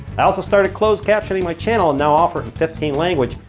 i also started close captioning my channel and now offer it in fifteen languages,